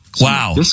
Wow